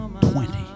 twenty